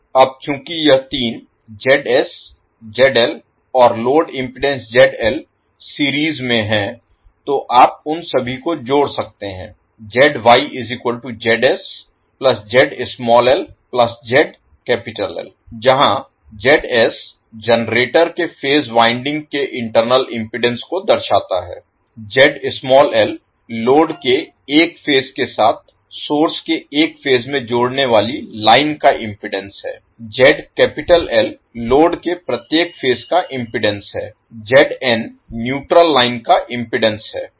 अब चूंकि यह तीन सीरीज में हैं तो आप उन सभी को जोड़ सकते हैं जहाँ • जनरेटर के फेज वाइंडिंग के इंटरनल इम्पीडेन्स को दर्शाता है • लोड के एक फेज के साथ सोर्स के एक फेज में जोड़ने वाली लाइन का इम्पीडेन्स है • लोड के प्रत्येक फेज का इम्पीडेन्स है • न्यूट्रल लाइन का इम्पीडेन्स है